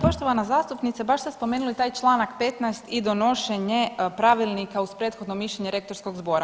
Poštovana zastupnice baš ste spomenuli taj Članak 15. i donošenje pravilnika uz prethodno mišljenje rektorskog zbora.